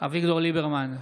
אביגדור ליברמן,